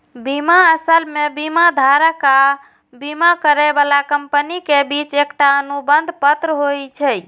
बीमा असल मे बीमाधारक आ बीमा करै बला कंपनी के बीच एकटा अनुबंध पत्र होइ छै